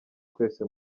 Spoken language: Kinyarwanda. twese